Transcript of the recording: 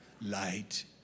Light